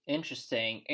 Interesting